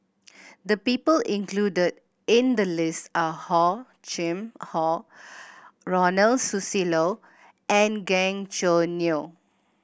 the people included in the list are Hor Chim Or Ronald Susilo and Gan Choo Neo